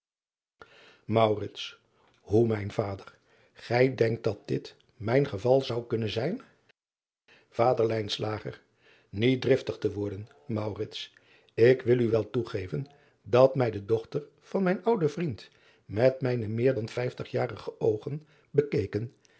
oe mijn vader gij denkt dat dit mijn geval zou kunnen zijn ader iet driftig te worden k wil u wel toegeven dat mij de dochter van mijn ouden vriend met mijne meer dan vijftigjarige oogen bekeken